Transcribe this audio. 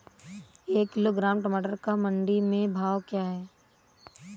एक किलोग्राम टमाटर का मंडी में भाव क्या है?